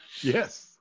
Yes